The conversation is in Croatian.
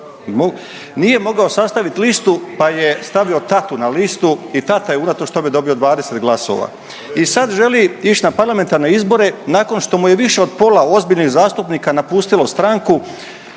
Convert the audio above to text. Nije mogao sastavit listu pa je stavio tatu na listu i tata je unatoč tome dobio 20 glasova. I sad želi ići na parlamentarne izbore nakon što mu je više od pola ozbiljnih zastupnika napustilo stranku